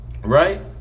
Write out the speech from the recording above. Right